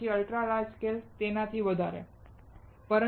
પછી ultra large scale વધુ છે